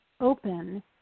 open